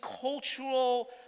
cultural